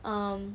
um